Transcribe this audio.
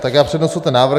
Tak já přednesu ten návrh.